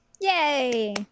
Yay